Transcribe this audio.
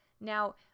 Now